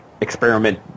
experiment